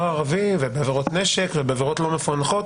הערבי בעבירות נשק ובעבירות לא מפוענחות.